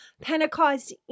Pentecost